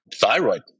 thyroid